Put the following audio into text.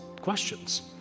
questions